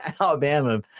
Alabama